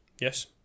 Yes